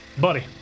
Buddy